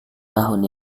tahun